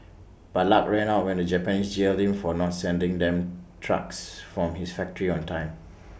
but luck ran out when the Japanese jailed him for not sending them trucks from his factory on time